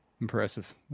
Impressive